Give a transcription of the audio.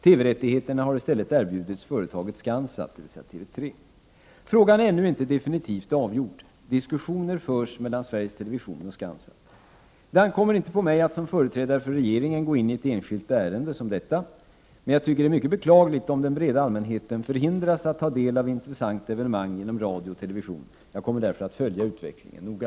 TV-rättigheterna har i stället erbjudits företaget Scansat, dvs. Vv: Frågan är ännu inte definitivt avgjord. Diskussioner förs mellan Sveriges Television och Scansat. Det ankommer inte på mig att som företrädare för regeringen gå in i ett enskilt ärende som detta, men jag tycker det är mycket beklagligt om den breda allmänheten förhindras att ta del av intressanta evenemang genom radion och televisionen. Jag kommer därför att följa utvecklingen noga.